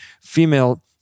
female